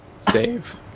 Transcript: save